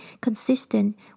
consistent